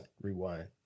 Rewind